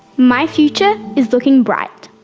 my future is looking bright.